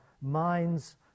minds